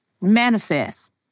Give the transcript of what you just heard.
manifest